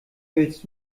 willst